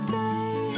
day